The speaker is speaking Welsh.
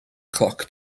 chloc